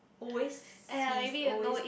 always he is always